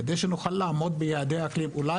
כדי שנוכל לעמוד ביעדי האקלים אולי